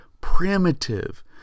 primitive